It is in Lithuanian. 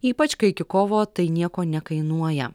ypač kai iki kovo tai nieko nekainuoja